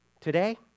today